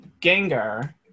Gengar